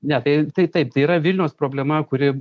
ne tai tai taip tai yra vilniaus problema kuri